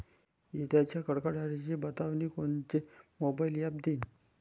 इजाइच्या कडकडाटाची बतावनी कोनचे मोबाईल ॲप देईन?